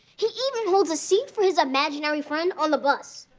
he even holds a seat for his imaginary friend on the bus.